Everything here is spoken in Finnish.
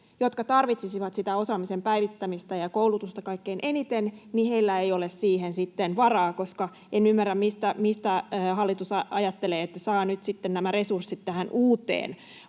jotka tarvitsisivat sitä osaamisen päivittämistä ja koulutusta kaikkein eniten, ei ole siihen sitten varaa. En ymmärrä, mistä hallitus ajattelee, että saa nyt sitten nämä resurssit tähän uuteen